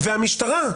-- והמשטרה,